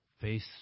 face